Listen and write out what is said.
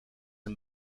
een